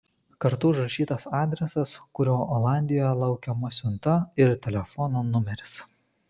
kartu užrašytas adresas kuriuo olandijoje laukiama siunta ir telefono numeris